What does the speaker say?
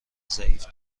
ضعیف